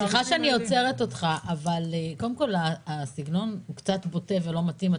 סליחה שאני עוצרת אותך אבל קודם כול הסגנון קצת בוטה ולא מתאים.